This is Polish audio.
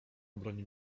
obroni